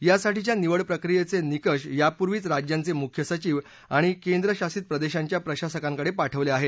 यासाठीच्या निवड प्रक्रियेचे निकष यापूर्वीच राज्यांचे मुख्य सचिव आणि केंद्रशासित प्रदेशांच्या प्रशासकांकडे पाठवले आहेत